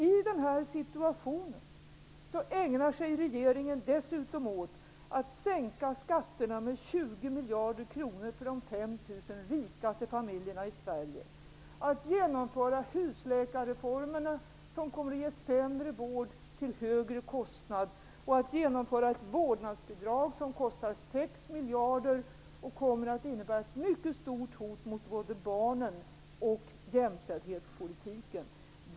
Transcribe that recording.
I den här situationen ägnar sig regeringen dessutom åt att sänka skatterna med 20 miljarder för de 5 000 rikaste familjerna i Sverige, att genomföra husläkarreformen som kommer att ge sämre vård till en högre kostnad och att genomföra ett vårdnadsbidrag som kostar 6 miljarder och kommer att innebära ett mycket stort hot mot både barnen och jämställdhetspolitiken.